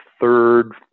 third